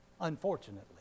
unfortunately